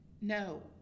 No